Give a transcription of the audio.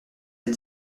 est